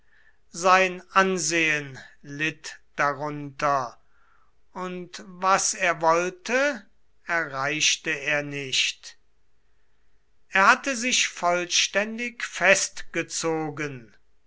sein ansehen litt darunter und was er wollte erreichte er nicht er hatte sich vollständig festgezogen